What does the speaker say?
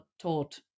taught